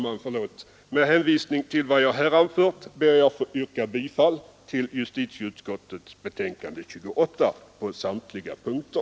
Med hänvisning till vad jag här anfört ber jag att få yrka bifall till justitieutskottets förslag i dess betänkande nr 28 på samtliga punkter.